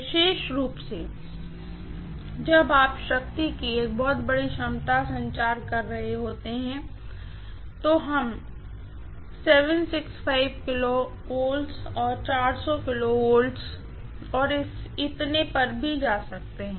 विशेष रूप से जब आप शक्ति की एक बहुत बड़ी क्षमता का संचार कर रहे होते हैं तो हम 765 KV 400 KV और इतने पर जा सकते हैं